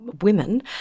women